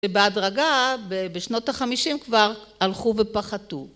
ובהדרגה בשנות ה-50 כבר הלכו ופחתו.